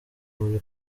muri